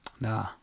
Nah